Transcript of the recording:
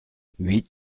huit